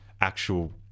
actual